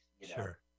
Sure